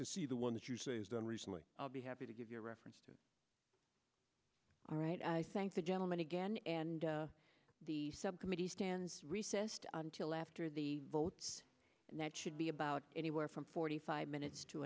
to see the one that you say is done recently i'll be happy to give you references all right i thank the gentleman again and the subcommittee stands recessed until after the vote and that should be about anywhere from forty five minutes to